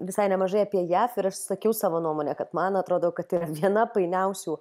visai nemažai apie jav ir aš sakiau savo nuomonę kad man atrodo kad yra viena painiausių